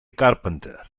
carpenter